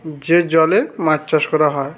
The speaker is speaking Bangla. যে জলে মাছ চাষ করা হয়